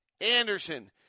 Anderson